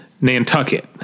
Nantucket